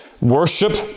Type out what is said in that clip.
Worship